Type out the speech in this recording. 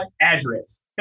address